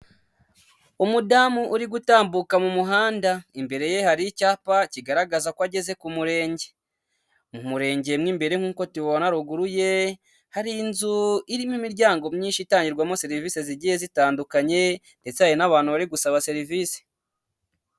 Umudamu uri gutambuka mu muhanda, imbere ye hari icyapa kigaragaza ko ageze ku murenge, mu murenge mo imbere nkuko tubibona ruguru ye, hari inzu irimo imiryango myinshi itangirwamo serivisi zigiye zitandukanye ndetse hari n'abantu bari gusaba serivisi.